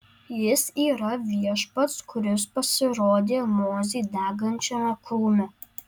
jis yra viešpats kuris pasirodė mozei degančiame krūme